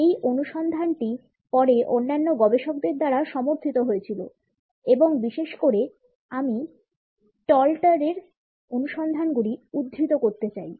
এই অনুসন্ধানটি পরে অন্যান্য গবেষকদের দ্বারা সমর্থিত হয়েছিল এবং বিশেষ করে আমি স্টলটারের অনুসন্ধানগুলি উদ্ধৃত করতে চাই